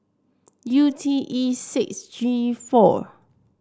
U T E six G four